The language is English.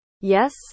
Yes